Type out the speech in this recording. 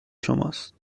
شماست